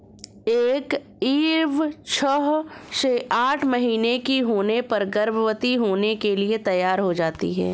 एक ईव छह से आठ महीने की होने पर गर्भवती होने के लिए तैयार हो जाती है